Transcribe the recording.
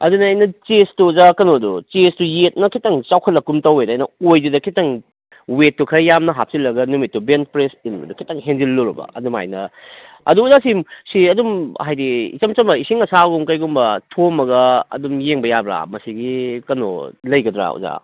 ꯑꯗꯨꯅꯦ ꯑꯩꯅ ꯆꯦꯁꯇꯨ ꯑꯣꯖꯥ ꯀꯩꯅꯣꯗꯨ ꯆꯦꯁꯇꯨ ꯌꯦꯠꯅ ꯈꯤꯇꯪ ꯆꯥꯎꯈꯠꯂꯛꯀꯨꯝ ꯇꯧꯋꯦꯅ ꯑꯩꯅ ꯑꯣꯏꯗꯨꯗ ꯈꯤꯇꯪ ꯋꯦꯠꯇꯨ ꯈꯔ ꯌꯥꯝꯅ ꯍꯥꯞꯆꯤꯜꯂꯒ ꯅꯨꯃꯤꯠꯇꯨ ꯕꯦꯟ ꯄ꯭ꯔꯦꯁ ꯏꯟꯕꯗ ꯈꯤꯇꯪ ꯍꯦꯟꯖꯟꯂꯨꯔꯕ ꯑꯗꯨꯃꯥꯏꯅ ꯑꯗꯨ ꯑꯣꯖꯥ ꯁꯤ ꯁꯤ ꯑꯗꯨꯝ ꯍꯥꯏꯗꯤ ꯏꯆꯝ ꯆꯝꯕ ꯏꯁꯤꯡ ꯑꯁꯥꯕꯒꯨꯝ ꯀꯩꯒꯨꯝꯕ ꯊꯣꯝꯃꯒ ꯑꯗꯨꯝ ꯌꯦꯡꯕ ꯌꯥꯕ꯭ꯔꯥ ꯃꯁꯤꯒꯤ ꯀꯩꯅꯣ ꯂꯩꯒꯗ꯭ꯔꯥ ꯑꯣꯖꯥ